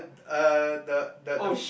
uh the the the f~